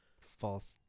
false